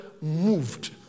moved